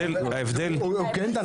הוא כן דן.